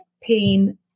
pain